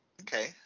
Okay